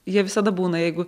jie visada būna jeigu